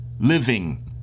Living